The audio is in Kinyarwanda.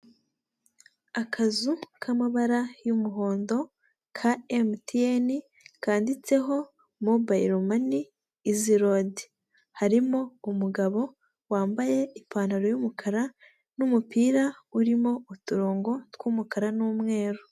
Akazu k'amabara y'umuhondo ka MTN, kanditseho mobayilo mani, izi rodi. Harimo umugabo wambaye ipantaro y'umukara n'umupira urimo uturongo tw'umukara n'umweru.